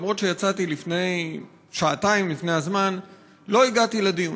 אף שיצאתי שעתיים לפני הזמן לא הגעתי לדיון.